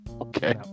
Okay